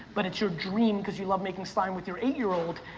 but it's your dream cause you love making slime with your eight year old.